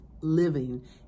living